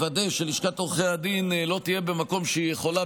לוודא שלשכת עורכי הדין לא תהיה במקום שהיא יכולה